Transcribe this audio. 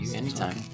Anytime